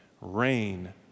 rain